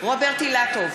רוברט אילטוב,